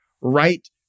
right